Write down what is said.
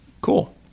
Cool